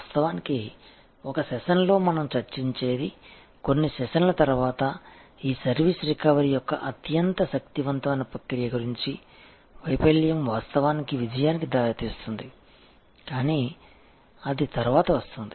వాస్తవానికి ఒక సెషన్లో మనం చర్చించేది కొన్ని సెషన్ల తర్వాత ఈ సర్వీసు రికవరీ యొక్క అత్యంత శక్తివంతమైన ప్రక్రియ గురించి వైఫల్యం వాస్తవానికి విజయానికి దారితీస్తుంది కానీ అది తర్వాత వస్తుంది